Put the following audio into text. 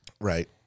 Right